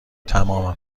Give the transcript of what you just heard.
تمام